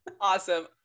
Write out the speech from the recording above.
Awesome